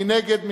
מי נגד?